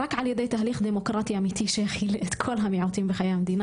רק על ידי תהליך דמוקרטי אמיתי שיכיל את כל המיעוטים בחיי המדינה,